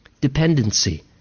dependency